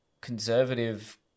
conservative